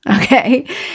Okay